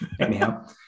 Anyhow